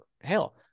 Hell